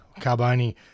Carboni